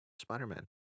Spider-Man